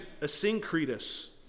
Asyncretus